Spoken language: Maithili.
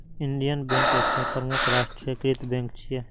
इंडियन बैंक एकटा प्रमुख राष्ट्रीयकृत बैंक छियै